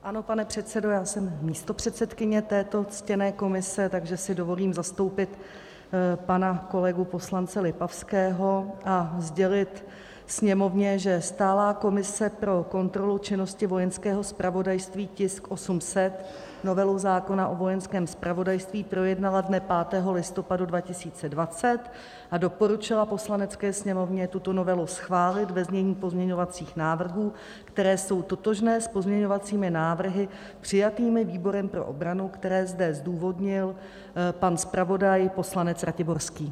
Ano, pane předsedo, já jsem místopředsedkyně této ctěné komise, takže si dovolím zastoupit pana kolegu poslance Lipavského a sdělit Sněmovně, že stálá komise pro kontrolu činnosti Vojenského zpravodajství, tisk 800, novelu zákona o Vojenském zpravodajství projednala dne 5. listopadu 2020 a doporučila Sněmovně tuto novelu schválit ve znění pozměňovacích návrhů, které jsou totožné s pozměňovacími návrhy přijatými výborem pro obranu, které zde zdůvodnil pan zpravodaj, poslanec Ratiborský.